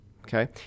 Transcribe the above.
okay